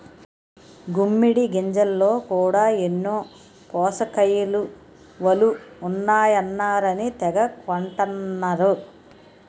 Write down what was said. గుమ్మిడి గింజల్లో కూడా ఎన్నో పోసకయిలువలు ఉంటాయన్నారని తెగ కొంటన్నరు